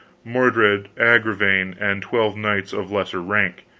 mordred, agravaine, and twelve knights of lesser rank,